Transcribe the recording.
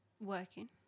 working